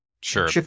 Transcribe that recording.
Sure